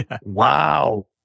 Wow